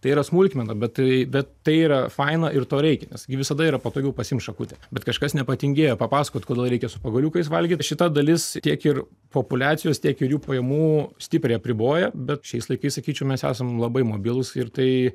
tai yra smulkmena bet bet tai yra faina ir to reikia nes gi visada yra patogiau pasiimt šakutę bet kažkas nepatingėjo papasakot kodėl reikia su pagaliukais valgyt šita dalis tiek ir populiacijos tiek ir jų pajamų stipriai apriboja bet šiais laikais sakyčiau mes esam labai mobilūs ir tai